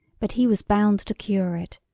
but he was bound to cure it.